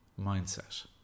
mindset